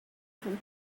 from